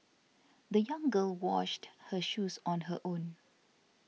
the young girl washed her shoes on her own